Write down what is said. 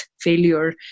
failure